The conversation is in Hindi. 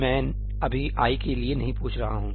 मैं अभी i के लिए नहीं पूछ रहा हूँ